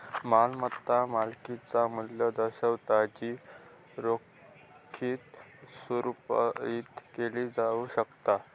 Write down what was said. मालमत्ता मालकिचा मू्ल्य दर्शवता जी रोखीत रुपांतरित केली जाऊ शकता